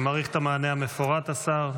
אני מעריך את המענה המפורט, השר.